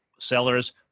sellers